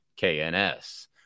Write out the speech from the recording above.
KNS